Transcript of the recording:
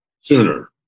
sooner